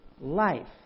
life